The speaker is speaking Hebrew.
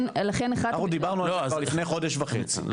אנחנו דיברנו על זה כבר לפני חודש וחצי.